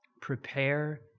Prepare